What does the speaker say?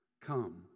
come